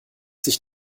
sich